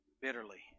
bitterly